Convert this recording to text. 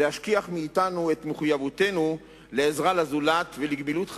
להשכיח מאתנו את מחויבותנו לעזרה לזולת ולגמילות חסדים,